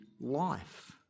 life